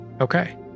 Okay